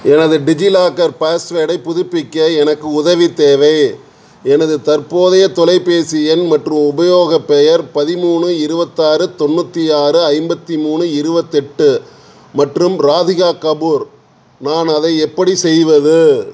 எனது டிஜிலாக்கர் பாஸ்வேர்டைப் புதுப்பிக்க எனக்கு உதவி தேவை எனது தற்போதைய தொலைபேசி எண் மற்றும் உபயோகப் பெயர் பதிமூணு இருபத்து ஆறு தொண்ணூற்றி ஆறு ஐம்பத்து மூணு இருபத்து எட்டு மற்றும் ராதிகா கபூர் நான் அதை எப்படி செய்வது